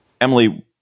Emily